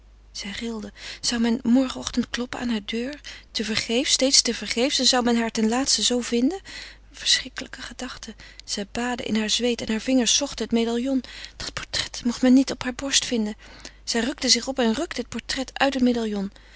zij rilde zou men morgenochtend kloppen aan haar deur te vergeefs steeds te vergeefs en zou men haar ten laatste zoo vinden verschrikkelijke gedachte zij baadde in haar zweet en hare vingers zochten het medaillon dat portret mocht men niet op hare borst vinden zij richtte zich op en rukte het portret uit het medaillon